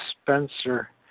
Spencer